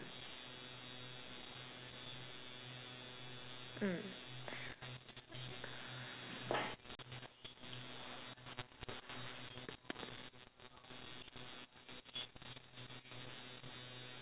mm